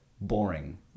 boring